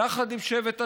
יחד עם שבט הג'האלין,